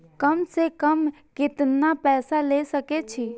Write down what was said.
कम से कम केतना पैसा ले सके छी?